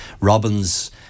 robins